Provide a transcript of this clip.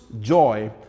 joy